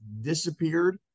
disappeared